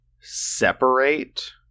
separate